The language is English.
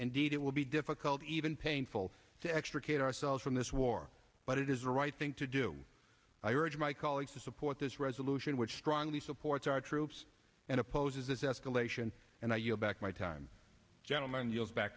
indeed it will be difficult even painful to extricate ourselves from this war but it is the right thing to do i urge my colleagues to support this resolution which strongly supports our troops and opposes this escalation and i you back my time gentleman yield back